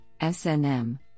SNM